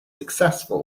successful